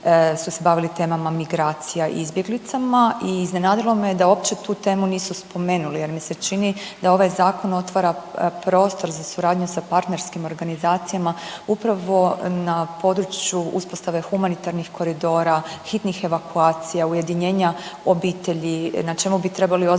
su se bavili temama migracija i izbjeglicama. I iznenadilo me da uopće tu temu nisu spomenuli, jer mi se čini da ovaj Zakon otvara prostor za suradnju sa partnerskim organizacijama upravo na području uspostave humanitarnih koridora, hitnih evakuacija, ujedinjenja obitelji na čemu bi trebali ozbiljno